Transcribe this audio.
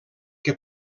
que